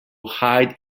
hide